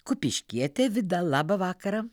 kupiškietė vida labą vakarą